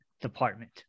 department